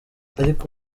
ariko